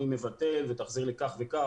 אני מבטל ותחזיר לי כך וכך,